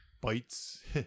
bites